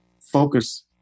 focus